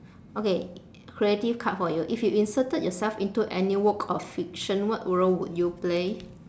okay creative card for you if you inserted yourself into any work of fiction what role would you play